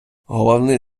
головний